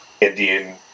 Indian